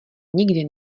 nikdy